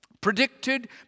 predicted